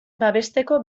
babesteko